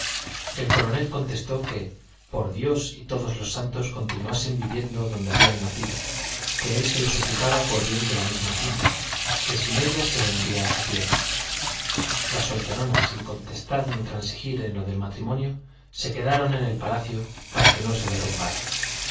el coronel contestó que por dios y todos los santos continuasen viviendo donde habían nacido que él se lo suplicaba por bien de la misma finca que sin ellas se vendría a tierra las solteronas sin contestar ni transigir en lo del matrimonio se quedaron en el palacio para que no se derrumbara